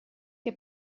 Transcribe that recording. que